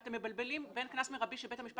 אתם מבלבלים בין קנס מרבי שבית המשפט